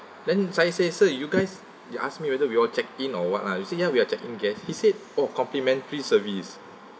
then sayid says sir you guys he asked me whether we all check in or what lah you see here we're check in guest he said oh complimentary service